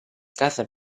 casa